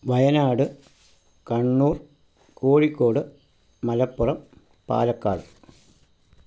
Wayanad Kannur Kozhikode Malappuram Palakkad